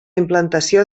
implantació